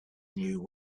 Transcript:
knew